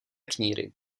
kníry